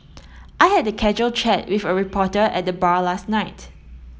I had a casual chat with a reporter at the bar last night